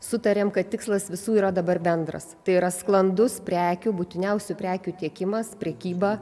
sutarėm kad tikslas visų yra dabar bendras tai yra sklandus prekių būtiniausių prekių tiekimas prekyba